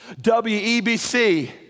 W-E-B-C